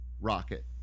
Rocket